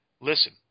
listen